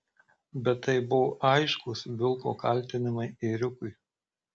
bet tai buvo aiškūs vilko kaltinimai ėriukui